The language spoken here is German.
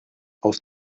aus